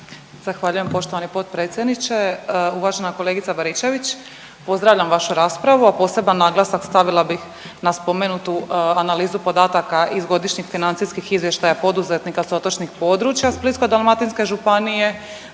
Zahvaljujem poštovani potpredsjedniče. Uvažena kolegica Baričević, pozdravljam vašu raspravu, a poseban naglasak stavila bih na spomenutu analizu podataka iz godišnjih financijskih izvještaja poduzetnika s otočnih područja Splitsko-dalmatinske županije,